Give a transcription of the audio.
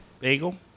bagel